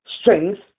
strength